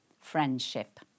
friendship